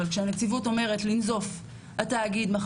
אבל כשהנציבות אומרת לנזוף התאגיד